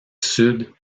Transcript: sud